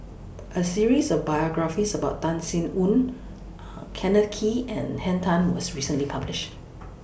A series of biographies about Tan Sin Aun Kenneth Kee and Henn Tan was recently published